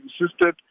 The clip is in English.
insisted